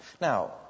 Now